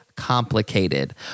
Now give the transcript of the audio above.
complicated